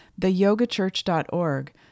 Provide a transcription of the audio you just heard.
theyogachurch.org